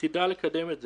מצדה לקדם את זה,